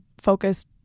focused